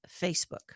Facebook